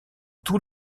tous